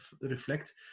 reflect